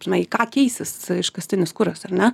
žinai į ką keisis iškastinis kuras ar ne